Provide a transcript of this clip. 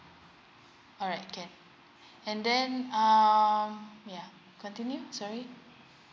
alright can and then um yeah continue sorry